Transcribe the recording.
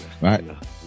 Right